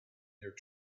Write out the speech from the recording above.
their